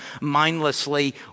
mindlessly